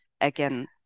again